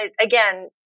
again